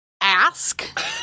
Ask